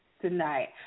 tonight